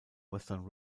western